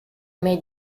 made